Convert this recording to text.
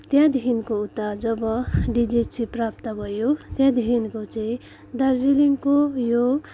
त्यहाँदेखिको उता जब डिजिएच्सी प्राप्त भयो त्यहाँदेखिको चाहिँ दार्जिलिङको यो